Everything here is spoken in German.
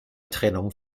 trennung